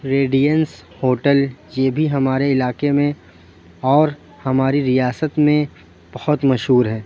readiness hotel یہ بھی ہمارے علاقے میں اور ہماری ریاست میں بہت مشہور ہیں